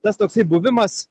tas toksai buvimas